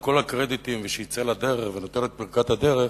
כל הקרדיטים שיצא לדרך ונותן לו את ברכת הדרך,